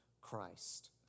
Christ